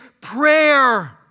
prayer